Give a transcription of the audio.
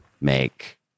make